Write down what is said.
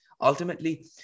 ultimately